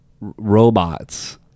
robots